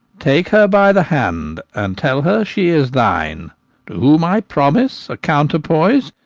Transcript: take her by the hand, and tell her she is thine to whom i promise a counterpoise,